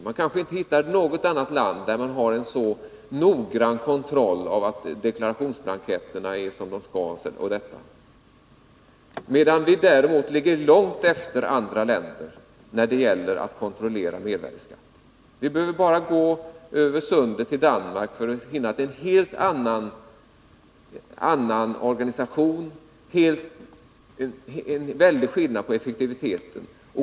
Man hittar kanske inte något annat land där 27 november 1981 det finns en så noggrann kontroll av att deklarationsblanketterna är som de skall, medan vi däremot ligger långt efter andra länder när det gäller att kontrollera mervärdeskatten. Vi behöver bara gå över sundet till Danmark för att finna en helt annan organisation och en mycket stor skillnad beträffande effektiviteten.